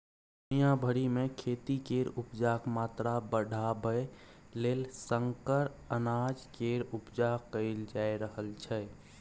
दुनिया भरि मे खेती केर उपजाक मात्रा बढ़ाबय लेल संकर अनाज केर उपजा कएल जा रहल छै